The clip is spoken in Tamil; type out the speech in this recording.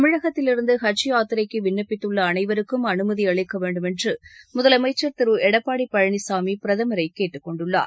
தமிழகத்திலிருந்து ஹஜ் யாத்திரைக்கு விண்ணப்பித்துள்ள அனைவருக்கும் அனுமதி அளிக்க வேண்டுமென்று முதலமைச்சர் திரு எடப்பாடி பழனிசாமி பிரதமரை கேட்டுக் கொண்டுள்ளார்